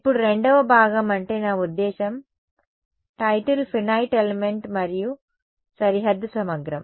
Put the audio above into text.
ఇప్పుడు రెండవ భాగం అంటే నా ఉద్దేశ్యం టైటిల్ ఫినైట్ ఎలిమెంట్ మరియు సరిహద్దు సమగ్రం